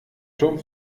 turm